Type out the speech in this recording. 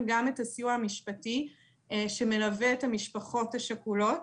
גם את הסיוע המשפטי שמלווה את המשפחות השכולות